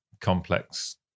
complex